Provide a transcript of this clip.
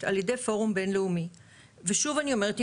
על ידי פורום בינלאומי ושוב אני אומרת,